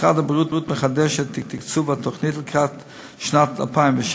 משרד הבריאות מחדש את תקצוב התוכנית לקראת שנת 2016,